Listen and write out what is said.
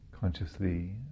Consciously